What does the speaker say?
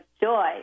joy